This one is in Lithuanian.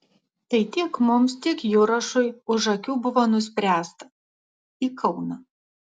tai tiek mums tiek jurašui už akių buvo nuspręsta į kauną